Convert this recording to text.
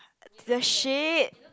the shit